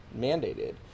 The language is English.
mandated